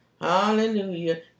Hallelujah